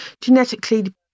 genetically